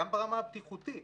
גם ברמה הבטיחותית.